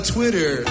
Twitter